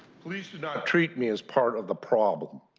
these do not treat me as part of the problem.